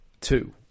Two